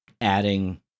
adding